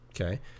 Okay